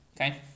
okay